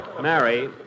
Mary